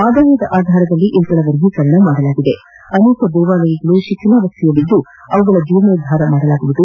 ಆದಾಯದ ಆಧಾರದಲ್ಲಿ ಇವುಗಳ ವರ್ಗೀಕರಣ ಮಾಡಲಾಗಿದೆ ಅನೇಕ ದೇವಾಲಯಗಳು ಶಿಥಿಲಾವಸ್ಥೆಯಲ್ಲಿದ್ದು ಅವುಗಳ ಜೀರ್ಣೋದ್ದಾರ ಮಾಡಲಾಗುವುದು